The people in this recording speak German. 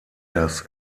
das